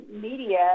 media